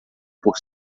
por